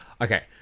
Okay